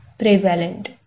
prevalent